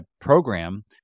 program